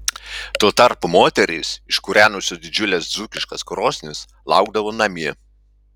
tuo tarpu moterys iškūrenusios didžiules dzūkiškas krosnis laukdavo namie